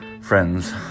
friends